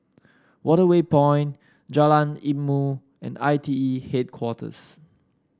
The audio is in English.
Waterway Point Jalan Ilmu and I T E Headquarters